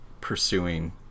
pursuing